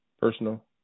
Personal